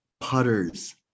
putters